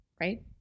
right